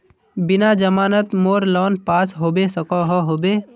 बिना जमानत मोर लोन पास होबे सकोहो होबे?